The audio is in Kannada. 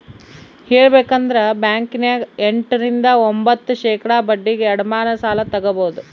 ಹೇಳಬೇಕಂದ್ರ ಬ್ಯಾಂಕಿನ್ಯಗ ಎಂಟ ರಿಂದ ಒಂಭತ್ತು ಶೇಖಡಾ ಬಡ್ಡಿಗೆ ಅಡಮಾನ ಸಾಲ ತಗಬೊದು